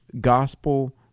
gospel